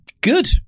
Good